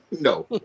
No